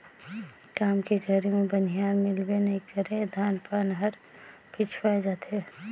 काम के घरी मे बनिहार मिलबे नइ करे धान पान हर पिछवाय जाथे